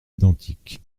identiques